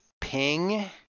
ping